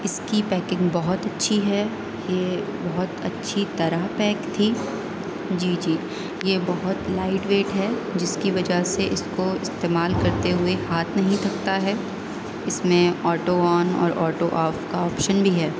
اس کی پیکنگ بہت اچھی ہے یہ بہت اچھی طرح پیک تھی جی جی یہ بہت لائٹ ویٹ ہے جس کی وجہ سے اس کو استعمال کرتے ہوئے ہاتھ نہیں تھکتا ہے اس میں آٹو آن اور آٹو آف کا آپشن بھی ہے